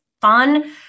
fun